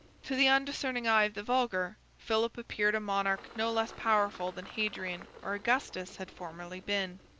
to the undiscerning eye of the vulgar, philip appeared a monarch no less powerful than hadrian or augustus had formerly been.